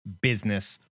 business